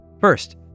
First